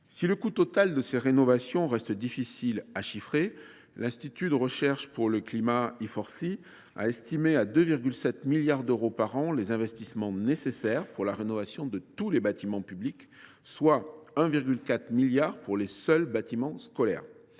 Si le coût total de ces rénovations reste difficile à chiffrer, l’Institut de l’économie pour le climat, l’I4CE, a estimé à 2,7 milliards d’euros par an les investissements nécessaires pour la rénovation de tous les bâtiments publics, dont 1,4 milliard d’euros pour les seuls bâtiments scolaires.